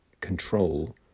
control